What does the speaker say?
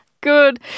good